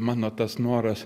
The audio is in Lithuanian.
mano tas noras